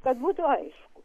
kad būtų aišku